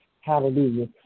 Hallelujah